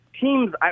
teams